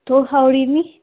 तूं खाई ओड़ी नी